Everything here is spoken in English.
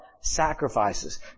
Sacrifices